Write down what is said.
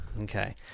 Okay